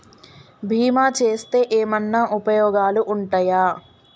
బీమా చేస్తే ఏమన్నా ఉపయోగాలు ఉంటయా?